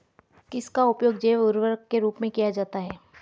किसका उपयोग जैव उर्वरक के रूप में किया जाता है?